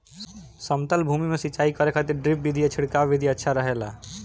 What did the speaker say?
समतल भूमि में सिंचाई करे खातिर ड्रिप विधि या छिड़काव विधि अच्छा रहेला?